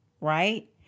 right